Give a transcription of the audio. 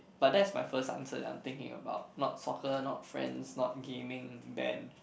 but that's my first answer that I'm thinking about not soccer not friends not gaming band